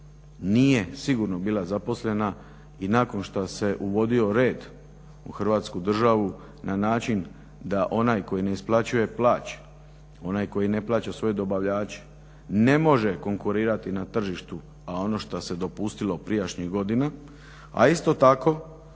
nije sigurno bila zaposlena i nakon što se uvodio red u Hrvatsku državu na način da onaj koji ne isplaćuje plaće, onaj koji ne plaća svoje dobavljače, ne može konkurirati na tržištu, a ono što se dopustilo prijašnjih godina. A isto tako